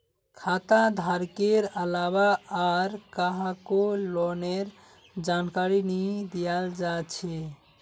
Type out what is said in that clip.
खाता धारकेर अलावा आर काहको लोनेर जानकारी नी दियाल जा छे